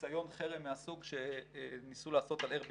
ניסיון חרם מהסוג שניסו לעשות על Airbnb